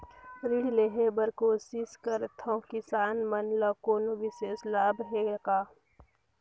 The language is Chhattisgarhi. ऋण लेहे बर कोशिश करथवं, किसान मन ल कोनो विशेष लाभ हे का?